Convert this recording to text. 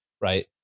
right